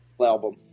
album